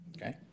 Okay